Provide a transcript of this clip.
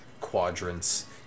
quadrants